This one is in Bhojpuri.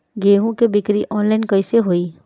गेहूं के बिक्री आनलाइन कइसे होई?